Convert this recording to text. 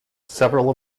several